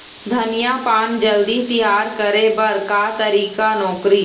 धनिया पान जल्दी तियार करे बर का तरीका नोकरी?